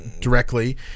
directly